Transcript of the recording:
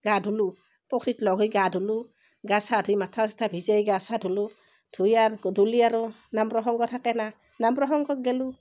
গা ধুলোঁ পুখৰীত লগ হৈ গা ধুলোঁ গা চা ধুই মাথা চাথা ভিজাই গা চা ধুলোঁ ধুই আৰু গধূলি আৰু নাম প্ৰসংগ থাকে না নাম প্ৰসংগক গ'লোঁ